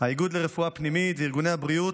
האיגוד לרפואה פנימית וארגוני הבריאות,